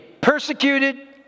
persecuted